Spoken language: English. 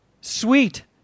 Sweet